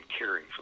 Caring